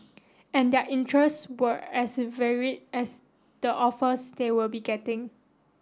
and their interests were as varied as the offers they will be getting